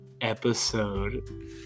episode